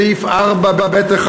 סעיף 4(ב1)